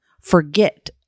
forget